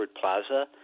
Plaza